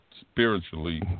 spiritually